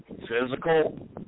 Physical